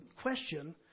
question